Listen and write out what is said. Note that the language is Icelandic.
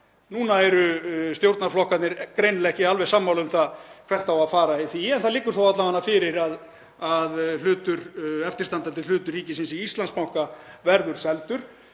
Núna eru stjórnarflokkarnir greinilega ekki alveg sammála um það hvert á að fara í því, en það liggur þó alla vega fyrir að eftirstandandi hlut ríkisins í Íslandsbanka verður seldur.